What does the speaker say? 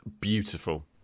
beautiful